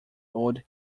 old